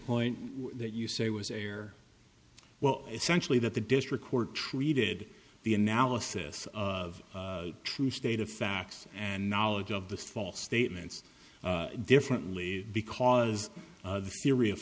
point that you say was air well essentially that the district court treated the analysis of true state of facts and knowledge of the false statements differently because the theory of